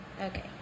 Okay